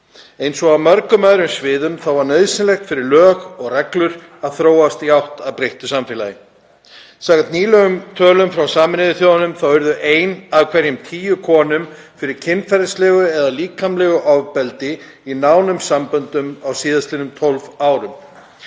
Eins og á mörgum öðrum sviðum var nauðsynlegt fyrir lög og reglur að þróast í átt að breyttu samfélagi. Samkvæmt nýlegum tölum frá Sameinuðu þjóðunum varð ein af hverjum tíu konum fyrir kynferðislegu eða líkamlegu ofbeldi í nánum samböndum á síðastliðnum 12 árum.